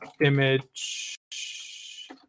image